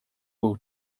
will